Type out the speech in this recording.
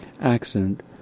accident